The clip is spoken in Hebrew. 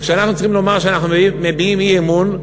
וכשאנחנו צריכים לומר שאנחנו מביעים אי-אמון,